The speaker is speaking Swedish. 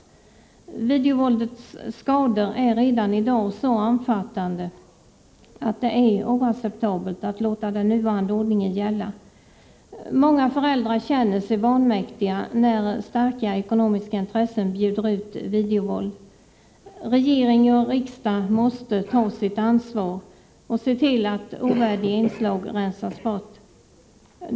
De skador som videovåldet förorsakar är redan i dag så omfattande att det är oacceptabelt att låta den nuvarande ordningen gälla. Många föräldrar känner sig vanmäktiga när starka ekonomiska intressen bjuder ut videovåld. Regering och riksdag måste ta sitt ansvar och se till att ovärdiga inslag rensas bort.